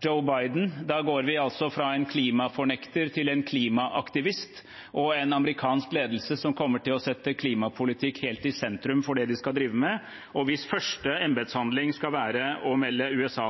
Joe Biden. Da går vi fra en klimafornekter til en klimaaktivist og en amerikansk ledelse som kommer til å sette klimapolitikk helt i sentrum for det de skal drive med, og hvis første embetshandling skal være å melde USA